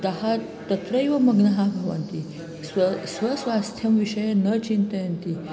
अतः तत्रैव मग्नाः भवन्ति स्वेषां स्वस्वास्थ्यं विषये न चिन्तयन्ति